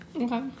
Okay